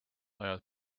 ajad